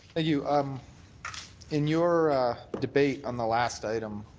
ah you. um in your debate on the last item,